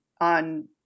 on